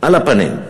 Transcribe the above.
על הפנים,